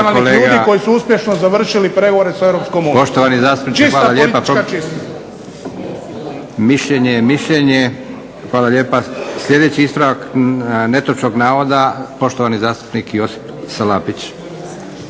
koji su uspješno završili pregovore sa EU. **Leko, Josip (SDP)** Poštovani zastupniče hvala lijepa. Mišljenje je mišljenje. Hvala lijepa. Sljedeći ispravak netočnog navoda, poštovani zastupnik Josip Salapić.